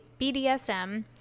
BDSM